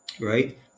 right